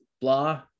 blah